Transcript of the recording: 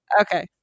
okay